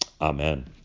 amen